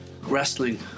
wrestling